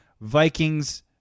Vikings